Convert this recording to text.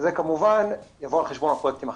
וזה כמובן יבוא על חשבון פרויקטים אחרים.